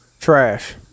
trash